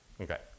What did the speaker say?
Okay